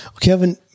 Kevin